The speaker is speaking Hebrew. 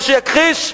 ושיכחיש,